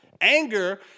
Anger